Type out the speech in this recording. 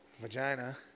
vagina